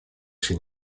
się